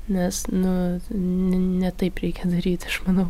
nes nu n ne taip reikia daryt aš manau